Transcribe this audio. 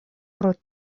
pro